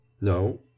No